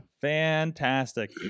Fantastic